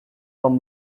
from